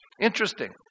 Interesting